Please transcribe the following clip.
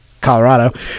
colorado